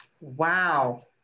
Wow